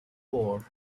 war